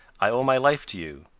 i owe my life to you,